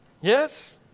Yes